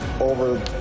over